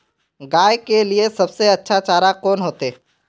गाय के लिए सबसे अच्छा चारा कौन होते?